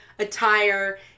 attire